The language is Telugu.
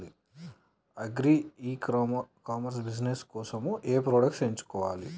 అగ్రి ఇ కామర్స్ బిజినెస్ కోసము ఏ ప్రొడక్ట్స్ ఎంచుకోవాలి?